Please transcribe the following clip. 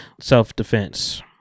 self-defense